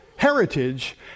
heritage